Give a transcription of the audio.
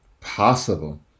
Possible